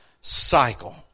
cycle